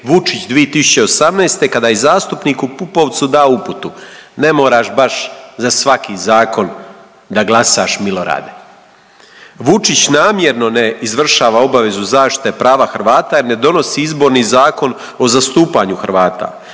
Vučić 2018. kada je zastupniku Pupovcu dao uputu ne moraš baš za svaki zakon da glasaš Milorade. Vučić namjerno ne izvršava obavezu zaštite prava Hrvata jer ne donosi Izborni zakon o zastupanju Hrvata.